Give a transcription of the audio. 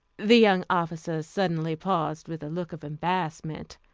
the young officer suddenly paused with a look of embarrassment.